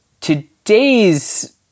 today's